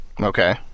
Okay